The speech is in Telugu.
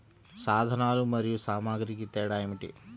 సాధనాలు మరియు సామాగ్రికి తేడా ఏమిటి?